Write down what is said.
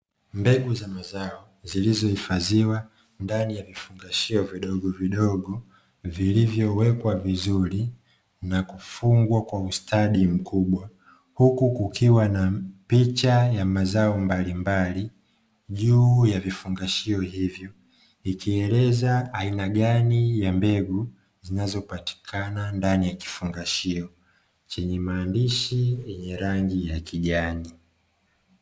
Mbegu za mazao zilizohifadhiwa ndani ya vifungashio vidogovidogo, vilivyowekwa vizuri na kufungwa kwa ustadi mkubwa, huku kukiwa na picha ya mazao mbalimbali juu ya vifungashio hivyo, ikieleza aina gani ya mbegu zinazopatikana ndani ya kifungashio chenye maandishi yenye rangi ya kijani.